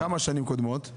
כמה שנים קודמות?